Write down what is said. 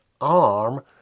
ARM